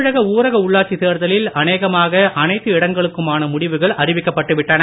தமிழக ஊரக உள்ளாட்சித் தேர்தலில் அனேகமாக அனைத்து இடங்களுக்குமான முடிவுகள் அறிவிக்கப் பட்டுவிட்டன